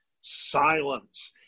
silence